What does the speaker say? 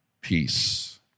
peace